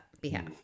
behalf